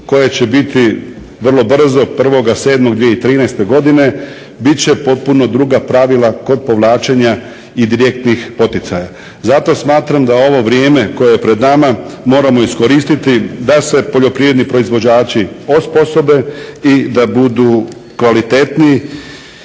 koje će biti vrlo brzo, 1.7.2013. godine bit će potpuno druga pravila kod povlačenja i direktnih poticaja. Zato smatram da ovo vrijeme koje je pred nama moramo iskoristiti da se poljoprivredni proizvođači osposobe i da budu kvalitetni i